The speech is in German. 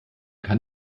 kann